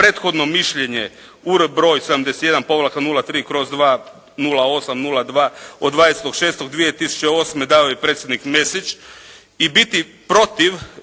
Urbroj: 71-03/2-08-02 od 20.06.2008. dao je predsjednik Mesić i biti protiv